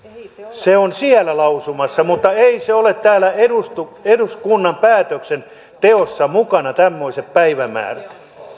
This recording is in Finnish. se on siellä lausumassa mutta ei ole täällä eduskunnan päätöksenteossa mukana tämmöiset päivämäärät